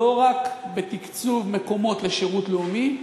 לא רק בתקצוב מקומות לשירות לאומי,